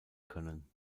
können